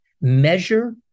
measure